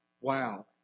wow